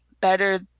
better